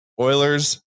Oilers